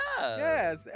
Yes